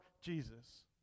Jesus